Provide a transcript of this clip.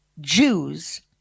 Jews